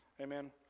Amen